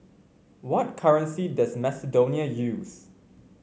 what currency does Macedonia use